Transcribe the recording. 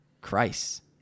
Christ